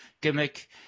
gimmick